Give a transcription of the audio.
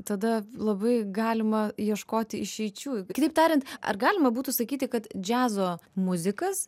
tada labai galima ieškoti išeičių kitaip tariant ar galima būtų sakyti kad džiazo muzikas